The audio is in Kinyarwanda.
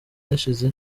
hashize